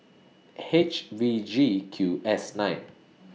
H V G Q S nine